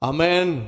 Amen